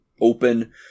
open